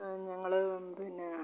ഞങ്ങൾ പിന്നെ